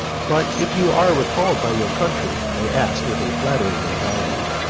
but if you are recalled by your country, they asked with a flattering anxiety,